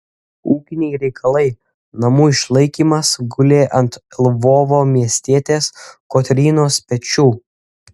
ūkiniai reikalai namų išlaikymas gulė ant lvovo miestietės kotrynos pečių